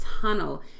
tunnel